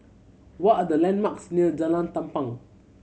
what are the landmarks near Jalan Tampang